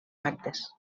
actes